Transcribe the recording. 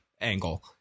angle